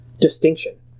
distinction